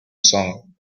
song